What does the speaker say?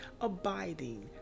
abiding